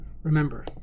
Remember